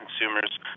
consumers